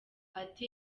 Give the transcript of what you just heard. ati